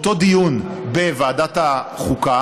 ובאותו דיון בוועדת החוקה